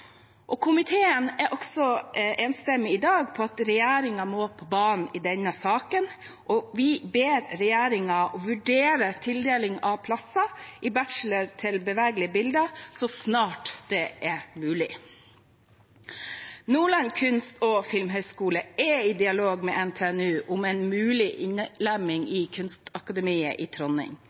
Komiteen er også enstemmig i dag om at regjeringen må på banen i denne saken. Vi ber regjeringen vurdere tildeling av studieplasser til Bachelor i bevegelige bilder så snart det er mulig. Nordland kunst- og filmhøgskole er i dialog med NTNU om en mulig innlemming i Kunstakademiet Trondheim. En innlemming av Nordland kunst- og filmhøgskole i